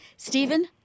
Stephen